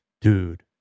dude